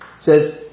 says